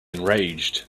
enraged